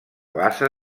bassa